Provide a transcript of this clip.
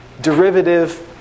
derivative